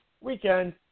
weekend